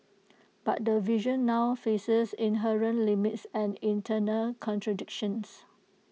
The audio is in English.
but the vision now faces inherent limits and internal contradictions